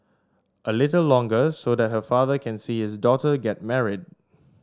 a little longer so that a father can see his daughter get married